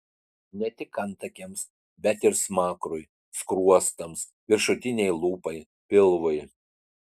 ne tik antakiams bet ir smakrui skruostams viršutinei lūpai pilvui